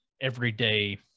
everyday